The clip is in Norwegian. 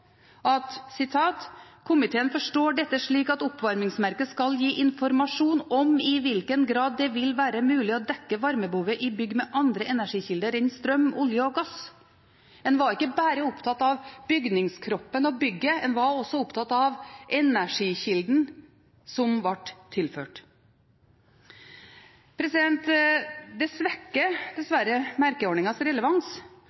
forstår dette slik at oppvarmingsmerket skal gi informasjon om i hvilken grad det vil være mulig å dekke varmebehovet i bygg med andre energikilder enn strøm, olje og gass.» En var ikke bare opptatt av bygningskroppen og bygget; en var også opptatt av energikilden som ble tilført. Det svekker dessverre merkeordningens relevans